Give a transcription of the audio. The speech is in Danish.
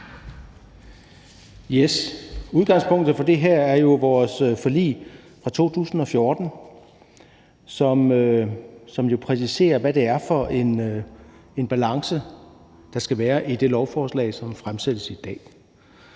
(EL): Udgangspunktet for det her er jo vores forlig fra 2014, som præciserer, hvad det er for en balance, der skal være i det lovforslag, som fremsættes i dag.